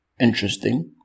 interesting